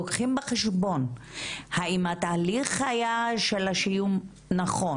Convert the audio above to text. לוקחים בחשבון באם התהליך היה נכון,